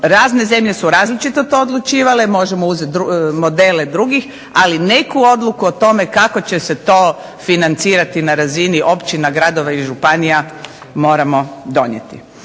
Razne zemlje su različito o tome odlučivale, možemo uzeti modele drugih, ali neku odluku o tome kako će se to financirati na razini općina gradova i županija moramo donijeti.